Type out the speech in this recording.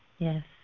Yes